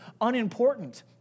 unimportant